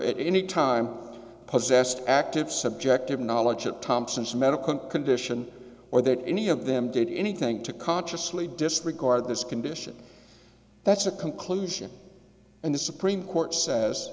at any time possessed active subjective knowledge at thompson's medical condition or that any of them did anything to consciously disregard this condition that's a conclusion and the supreme court says